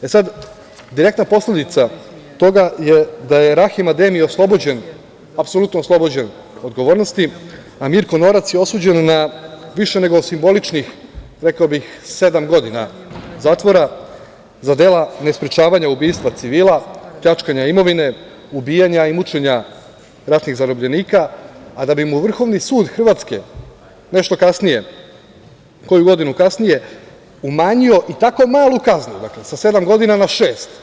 Direktna posledica toga je da je Rahim Ademi oslobođen, apsolutno oslobođen odgovornosti, a Mirko Norac je osuđen na više nego simboličnih, rekao bih, sedam godina zatvor za dela nesprečavanja ubistva civila, pljačkanja imovine, ubijanja i mučenja ratnih zarobljenika, a da bi mu Vrhovni sud Hrvatske nešto kasnije, koju godinu kasnije, umanjio i tako malu kaznu, sa sedam godina na šest.